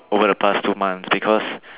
over the past two months because